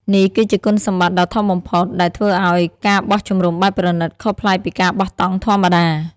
នេះគឺជាគុណសម្បត្តិដ៏ធំបំផុតដែលធ្វើឲ្យ ការបោះជំរំបែបប្រណីត ខុសប្លែកពីការបោះតង់ធម្មតា។